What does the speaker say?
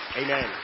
Amen